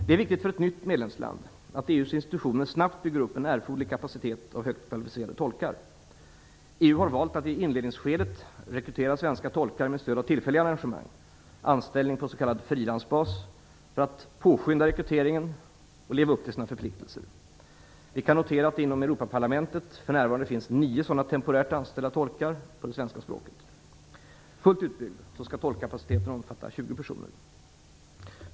Det är viktigt för ett nytt medlemsland att EU:s institutioner snabbt bygger upp en erforderlig kapacitet av högt kvalificerade tolkar. EU har valt att i inledningsskedet rekrytera svenska tolkar med stöd av tillfälliga arrangemang - anställning på s.k. frilansbas - för att påskynda rekryteringen och leva upp till sina förpliktelser. Vi kan notera att det inom Europaparlamentet för närvarande finns nio sådana temporärt anställda tolkar för det svenska språket. Fullt utbyggd skall tolkkapaciteten omfatta 20 personer.